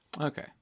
Okay